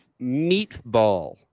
Meatball